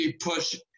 push